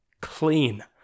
clean